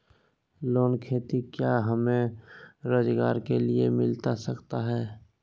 Loan खेती क्या हमें रोजगार के लिए मिलता सकता है?